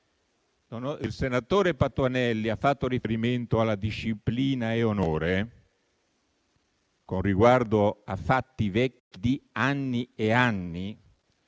il senatore Patuanelli ha fatto riferimento alla disciplina e all'onore, con riguardo a fatti vecchi di anni,